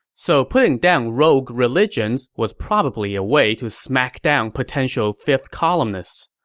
so putting down rogue religions was probably a way to smack down potential fifth columnists.